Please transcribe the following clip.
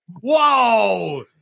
Whoa